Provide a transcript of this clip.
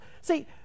See